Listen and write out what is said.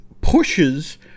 pushes